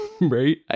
right